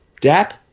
Dap